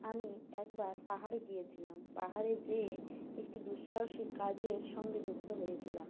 আমি একবার পাহাড়ে গিয়েছিলাম পাহাড়ে যেয়ে একটি দুঃসাহসিক কাজের সঙ্গে যুক্ত হয়েছিলাম